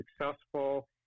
successful